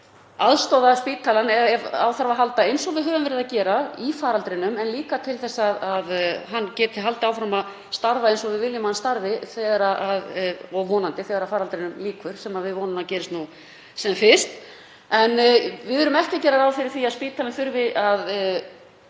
aðstoða spítalann ef á þarf að halda eins og við höfum verið að gera í faraldrinum en líka til að hann geti haldið áfram að starfa eins og við viljum að hann starfi þegar faraldrinum vonandi lýkur, sem við vonum að gerist nú sem fyrst. En við erum ekki að gera ráð fyrir því að spítalinn þurfi að